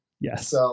Yes